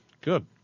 Good